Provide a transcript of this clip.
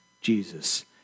Jesus